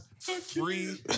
three